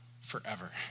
forever